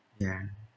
ya